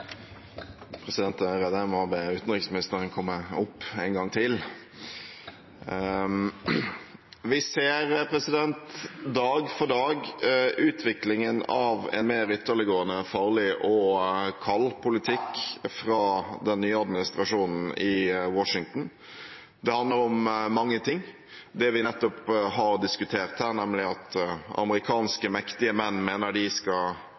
jeg må be utenriksministeren komme opp en gang til. Vi ser dag for dag utviklingen av en mer ytterliggående, farlig og kald politikk fra den nye administrasjonen i Washington. Det handler om mange ting, det vi nettopp har diskutert her, nemlig at amerikanske, mektige menn mener de skal